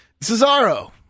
Cesaro